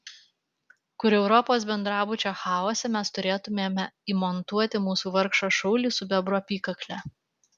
kur europos bendrabučio chaose mes turėtumėme įmontuoti mūsų vargšą šaulį su bebro apykakle